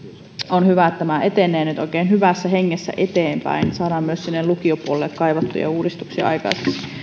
on hyvä että tämä etenee nyt oikein hyvässä hengessä eteenpäin saadaan myös sinne lukiopuolelle kaivattuja uudistuksia aikaiseksi